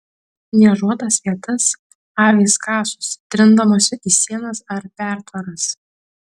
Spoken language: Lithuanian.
niežuotas vietas avys kasosi trindamosi į sienas ar pertvaras